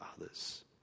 others